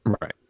right